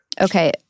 Okay